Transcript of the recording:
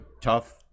tough